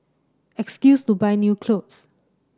excuse to buy new clothes